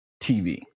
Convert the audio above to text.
TV